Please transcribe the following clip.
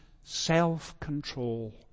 self-control